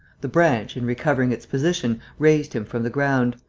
the branch, in recovering its position, raised him from the ground.